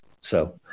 So-